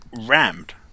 rammed